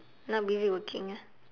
now busy working ah